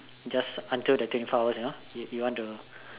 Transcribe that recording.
just after the twenty four hours you know you want to